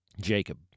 Jacob